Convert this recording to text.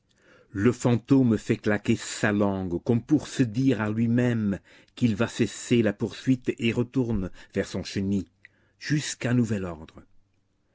le fantôme fait claquer sa langue comme pour se dire à lui-même qu'il va cesser la poursuite et retourne vers son chenil jusqu'à nouvel ordre